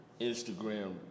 Instagram